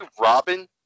Robin